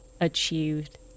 achieved